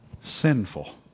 sinful